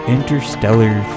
Interstellar